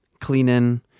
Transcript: cleaning